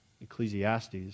Ecclesiastes